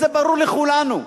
זה ברור לכולנו.